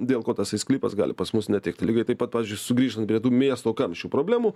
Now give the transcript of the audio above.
dėl ko tasai sklypas gali pas mus netikti lygiai taip pat pavyzdžiui sugrįžtant prie tų miesto kamščių problemų